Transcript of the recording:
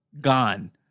gone